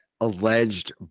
alleged